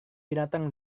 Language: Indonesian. binatang